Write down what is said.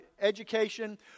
education